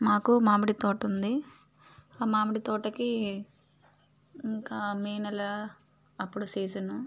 మాకు మామిడి తోటుంది ఆ మామిడి తోటకీ ఇంకా మే నెలా అప్పుడు సీజను